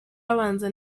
abanza